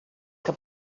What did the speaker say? que